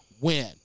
win